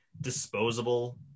disposable